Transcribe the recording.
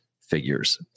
figures